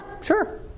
sure